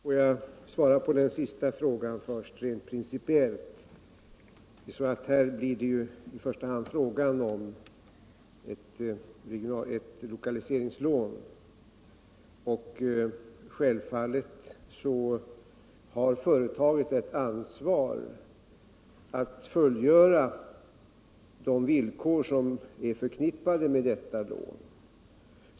Herr talman! Får jag svara på den senast ställda frågan först, rent principiellt. Här blir det i första hand fråga om ett lokaliseringslån, och självfallet har företaget ett ansvar för att uppfylla de villkor som är förknippade med detta lån.